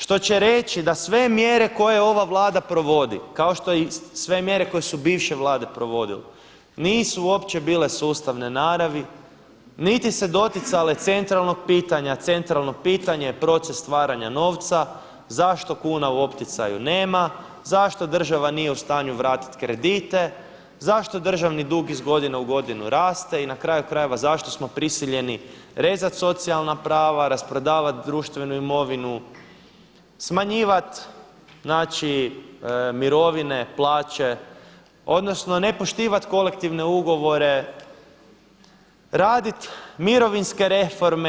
Što će reći da sve mjere koje ova Vlada provodi, kao sve mjere koje su bivše vlade provodile nisu uopće bile sustavne naravi, niti se doticale centralnog pitanja, centralno pitanje proces stvaranja novca, zašto kuna u opticaju nema, zašto država nije u stanju vratiti kredite, zašto državni dug iz godine u godinu raste i na kraju krajeva zašto smo prisiljeni rezat socijalna prava, rasprodavati društvenu imovinu, smanjivati mirovine, plaće odnosno ne poštivat kolektivne ugovore, radit mirovinske reforme.